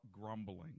grumbling